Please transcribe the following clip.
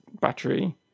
battery